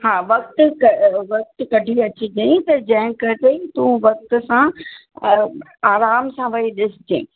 हा वक़्ति क वक़्ति कढी अचिजांइ जंहिं करे तूं वक़्ति सां आराम सां वई ॾिसिजांइ